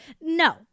No